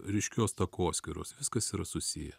ryškios takoskyros viskas yra susiję